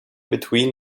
between